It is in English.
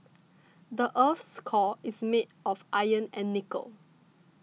the earth's core is made of iron and nickel